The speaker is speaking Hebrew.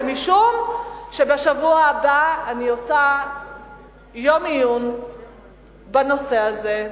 ומשום שבשבוע הבא אני עושה יום עיון בנושא הזה,